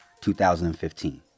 2015